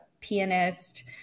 pianist